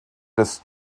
des